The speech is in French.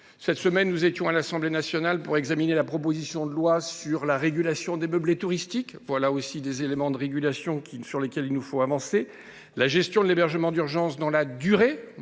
Cette semaine, j’étais à l’Assemblée nationale pour examiner une proposition de loi sur la régulation des meublés touristiques. C’est un des éléments de régulation sur lesquels il nous faut avancer. La gestion de l’hébergement d’urgence dans la durée